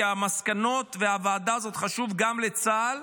כי מסקנות הוועדה הזאת חשובות גם לצה"ל,